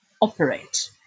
operate